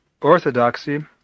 Orthodoxy